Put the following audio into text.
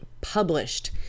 published